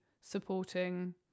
supporting